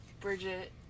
Bridget